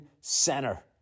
Center